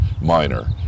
minor